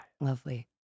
Lovely